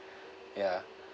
ya